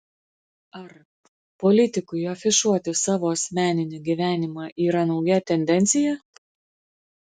ar politikui afišuoti savo asmeninį gyvenimą yra nauja tendencija